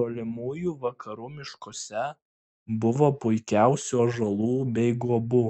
tolimųjų vakarų miškuose buvo puikiausių ąžuolų bei guobų